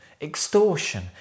extortion